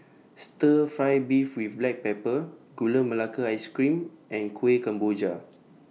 Stir Fry Beef with Black Pepper Gula Melaka Ice Cream and Kuih Kemboja